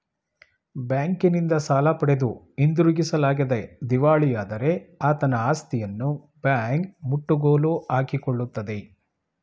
ಬ್ಯಾಂಕಿನಿಂದ ಸಾಲ ಪಡೆದು ಹಿಂದಿರುಗಿಸಲಾಗದೆ ದಿವಾಳಿಯಾದರೆ ಆತನ ಆಸ್ತಿಯನ್ನು ಬ್ಯಾಂಕ್ ಮುಟ್ಟುಗೋಲು ಹಾಕಿಕೊಳ್ಳುತ್ತದೆ